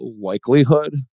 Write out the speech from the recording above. likelihood